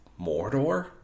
Mordor